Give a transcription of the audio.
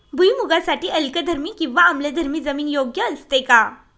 भुईमूगासाठी अल्कधर्मी किंवा आम्लधर्मी जमीन योग्य असते का?